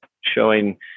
showing